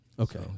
Okay